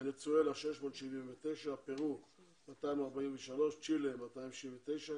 ונצואלה 679, פרו 243, צ'ילה 269,